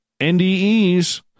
NDEs